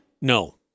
No